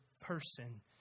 person